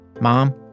Mom